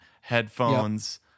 headphones